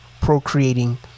procreating